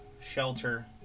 shelter